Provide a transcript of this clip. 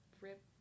rip